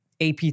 AP